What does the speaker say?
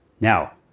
Now